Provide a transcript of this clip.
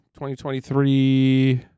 2023